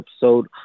episode